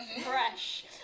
fresh